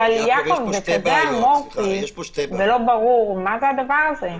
אבל זה כזה אמורפי ולא ברור מה הדבר הזה.